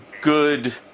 good